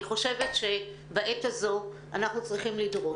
אני חושבת שבעת הזו אנחנו צריכים לדרוש